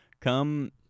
come